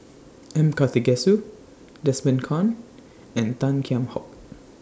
M Karthigesu Desmond Kon and Tan Kheam Hock